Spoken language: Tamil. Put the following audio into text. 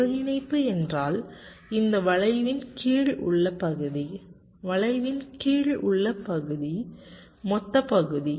ஒருங்கிணைப்பு என்றால் இந்த வளைவின் கீழ் உள்ள பகுதி வளைவின் கீழ் உள்ள இந்த மொத்த பகுதி